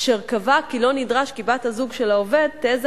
אשר קבע כי לא נדרש כי בת-הזוג של העובד תהא